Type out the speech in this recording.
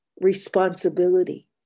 responsibility